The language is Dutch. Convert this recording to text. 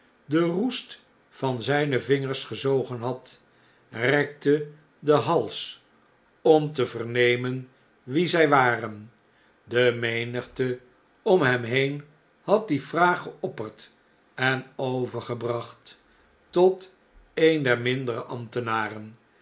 den roest van zjjne vingers gezogen had rekte den hals om te vernemen wie zjj waren de menigte om hem heen had die vraag geopperd en overgebracht tot een der mindere ambtenaren